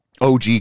OG